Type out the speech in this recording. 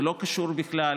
זה לא קשור בכלל